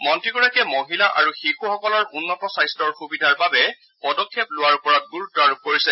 মন্ত্ৰীগৰাকীয়ে মহিলা আৰু শিশুসকলৰ উন্নত স্বাস্থাৰ সুবিধাৰ বাবে পদক্ষেপ লোৱাৰ ওপৰত গুৰুত্ব আৰোপ কৰিছে